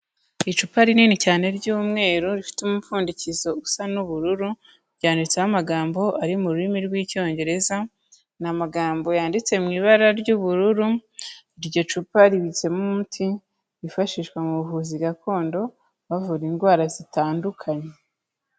Icupa rinini cyane ry'umweru, rifite umupfundikizo usa n'ubururu, ryanditseho amagambo ari mu rurimi rw'Icyongereza, ni amagambo yanditse mu ibara ry'ubururu, iryo cupa ribitsemo umuti, wifashishwa mu buvuzi gakondo, bavura indwara zitandukanye.